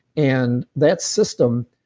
and that system